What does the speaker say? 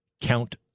Count